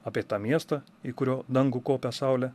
apie tą miestą į kurio dangų kopia saulė